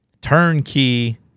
turnkey